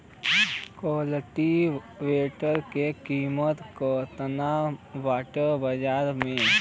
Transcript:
कल्टी वेटर क कीमत केतना बाटे बाजार में?